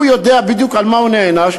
והוא יודע בדיוק על מה הוא נענש,